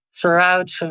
throughout